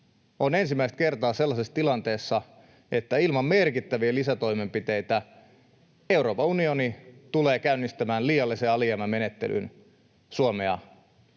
on ensimmäistä kertaa sellaisessa tilanteessa, että ilman merkittäviä lisätoimenpiteitä Euroopan unioni tulee käynnistämään liiallisen alijäämän menettelyn Suomea